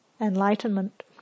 enlightenment